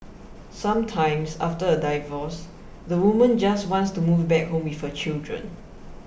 sometimes after a divorce the woman just wants to move back home with her children